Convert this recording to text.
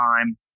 time